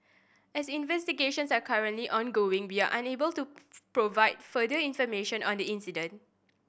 as investigations are currently ongoing we are unable to provide further information on the incident